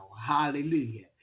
Hallelujah